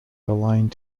aligned